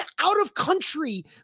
out-of-country